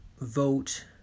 vote